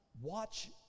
watch